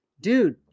dude